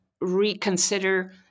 reconsider